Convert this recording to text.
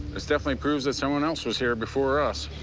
this definitely proves that someone else was here before us.